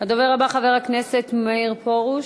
הדובר הבא, חבר הכנסת מאיר פרוש,